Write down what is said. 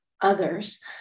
others